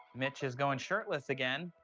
mitch is going shirtless again.